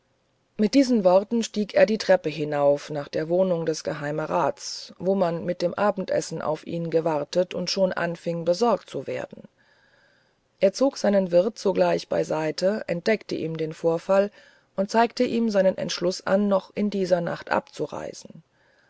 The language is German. mit diesen worten stieg er die treppe hinauf nach der wohnung des geheimerats wo man mit dem abendessen auf ihn wartete und schon anfing besorgt zu werden er zog seinen wirt sogleich beiseite entdeckte ihm den vorfall und zeigte ihm seinen entschluß an noch in dieser nacht abzureisen